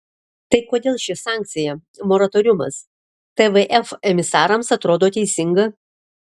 tad kodėl ir ši sankcija moratoriumas tvf emisarams atrodo teisinga